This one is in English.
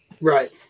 right